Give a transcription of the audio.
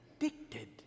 addicted